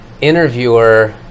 interviewer